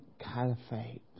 caliphate